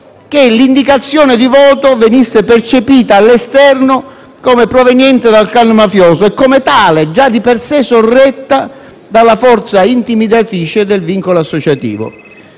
che l'indicazione di voto venisse percepita all'esterno come proveniente dal *clan* mafioso e, come tale, già di per sé sorretta dalla forza intimidatrice del vincolo associativo.